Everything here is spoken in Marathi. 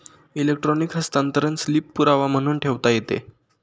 इलेक्ट्रॉनिक हस्तांतरण स्लिप पुरावा म्हणून ठेवता येते